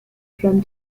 from